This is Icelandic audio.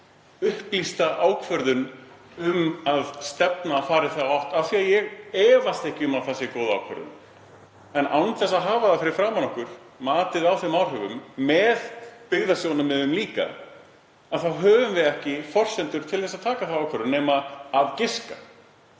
upplýsta ákvörðun um að stefna að því að fara í þá átt, því að ég efast ekki um að það sé góð ákvörðun. En án þess að hafa fyrir framan okkur matið á þeim áhrifum með byggðasjónarmiðum líka, þá höfum við ekki forsendur til að taka þá ákvörðun nema að giska.